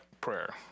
prayer